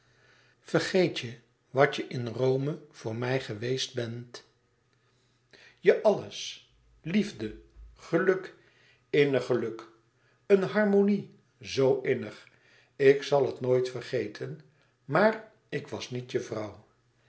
vergeet je wat je in rome voor mij geweest bent je alles liefde geluk innig geluk een harmonie zoo innig ik zal het nooit vergeten maar ik was niet je vrouw